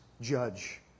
judge